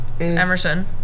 Emerson